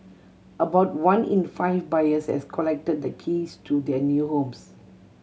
about one in five buyers has collected the keys to their new homes